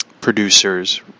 Producers